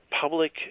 public